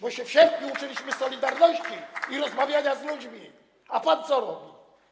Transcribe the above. Bo się w sierpniu uczyliśmy solidarności i rozmawiania z ludźmi, a pan co robi?